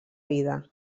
vida